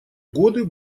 годы